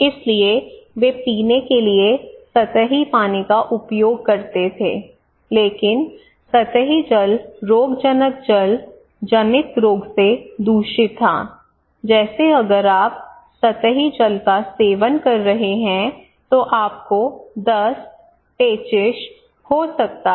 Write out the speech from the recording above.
इसलिए वे पीने के लिए सतही पानी का उपयोग करते थे लेकिन सतही जल रोगजनक जल जनित रोग से दूषित था जैसे अगर आप सतही जल का सेवन कर रहे हैं तो आपको दस्त पेचिश हो सकता है